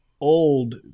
old